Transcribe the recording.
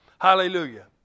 Hallelujah